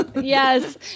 Yes